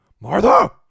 Martha